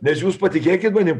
nes jūs patikėkit manim